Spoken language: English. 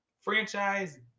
franchise